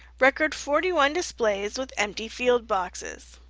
record forty one displays with empty field boxes.